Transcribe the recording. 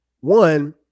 one